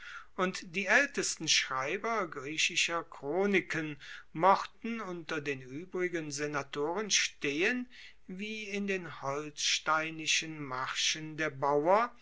und die aeltesten schreiber griechischer chroniken mochten unter den uebrigen senatoren stehen wie in den holsteinischen marschen der bauer